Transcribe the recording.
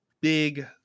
big